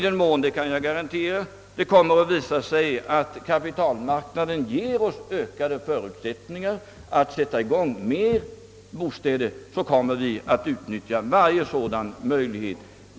Jag kan garantera, att i den mån kapitalmarknaden ger oss ökade förutsättningar att sätta i gång byggandet av fler bostäder, kommer vi att utnyttja varje sådan möjlighet.